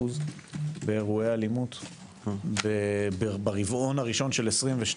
באירועי אלימות ברבעון הראשון של 22',